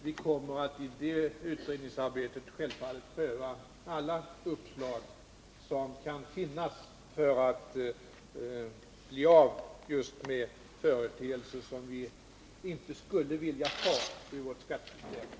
Vi kommer självfallet i det utredningsarbetet att pröva alla uppslag som kan finnas för att vi skall bli av just med företeelser som vi inte vill ha i vårt skattesystem.